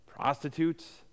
prostitutes